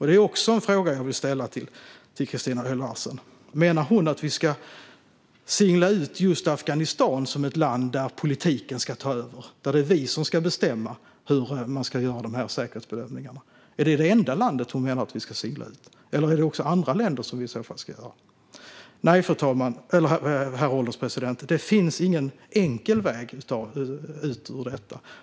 Det är också en fråga jag vill ställa till Christina Höj Larsen: Menar hon att vi ska singla ut just Afghanistan som ett land där politiken ska ta över, där det är vi som ska bestämma hur säkerhetsbedömningarna ska göras? Är Afghanistan det enda land hon menar att vi ska singla ut, eller är det också andra länder? Nej, herr ålderspresident, det finns ingen enkel väg ut ur detta.